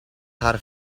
haar